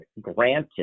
granted